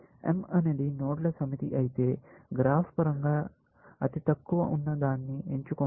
M అనేది నోడ్ల సమితి అయితే గ్రాఫ్ పరంగా అతి తక్కువ ఉన్న దాన్ని ఎంచుకోండి